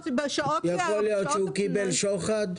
יכול להיות שהוא קיבל שוחד?